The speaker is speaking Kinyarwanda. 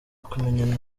kumenyana